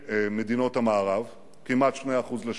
השאלה: